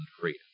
freedom